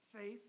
faith